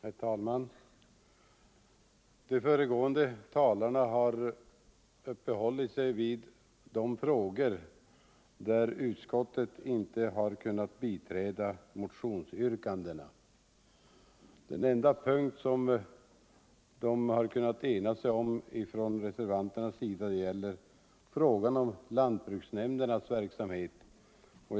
Herr talman! De föregående talarna har uppehållit sig vid de frågor där utskottet inte har kunnat biträda motionsyrkandena. Den enda punkt som reservanterna kunnat ena sig om gäller lantbruksnämndernas verk samhet.